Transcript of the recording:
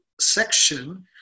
section